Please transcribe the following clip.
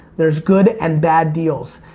there's good and bad deals.